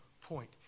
point